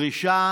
דרישה